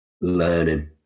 learning